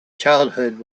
childhood